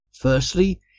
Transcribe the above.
Firstly